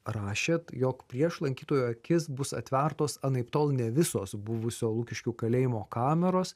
rašėt jog prieš lankytojų akis bus atvertos anaiptol ne visos buvusio lukiškių kalėjimo kameros